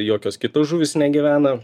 jokios kitos žuvys negyvena